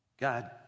God